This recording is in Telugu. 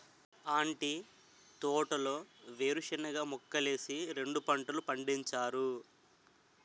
అంటి తోటలో వేరుశనగ మొక్కలేసి రెండు పంటలు పండించారు